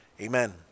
Amen